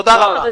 תודה רבה.